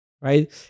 right